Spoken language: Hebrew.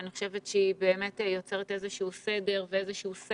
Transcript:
אני חושבת שהיא באמת יוצרת איזשהו סדר ושכל